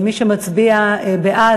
מי שמצביע בעד,